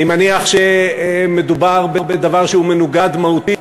אני מניח שמדובר בדבר שמנוגד מהותית